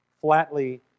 Flatly